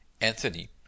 Anthony